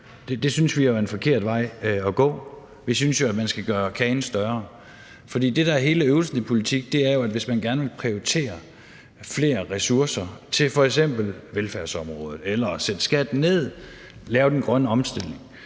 Det synes vi er en forkert vej at gå. Vi synes, at man skal gøre kagen større. For det, der er hele øvelsen i politik, er, at hvis man gerne vil prioritere flere ressourcer til f.eks. velfærdsområdet eller at sætte skatten ned eller at lave den grønne omstilling,